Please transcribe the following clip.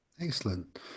Excellent